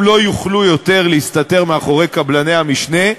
הם לא יוכלו יותר להסתתר מאחורי קבלני המשנה,